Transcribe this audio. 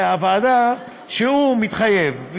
שהוא מתחייב.